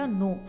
no